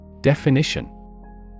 Definition